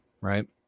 right